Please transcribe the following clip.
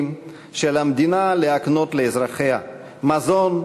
שעל המדינה להקנות לאזרחיה: מזון,